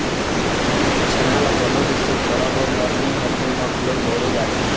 छेना ल कोनो भी शुभ परब अउ मरनी हरनी म घलोक बउरे जाथे